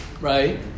Right